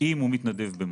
אם הוא מתנדב במד"א.